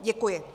Děkuji.